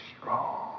strong